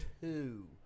two